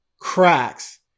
cracks